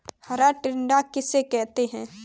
हरा टिड्डा किसे कहते हैं?